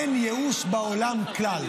אין ייאוש בעולם כלל.